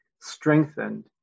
strengthened